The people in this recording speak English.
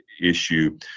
issue